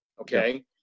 okay